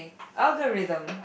algorithm